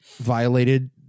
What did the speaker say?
violated